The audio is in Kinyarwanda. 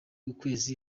ukwezi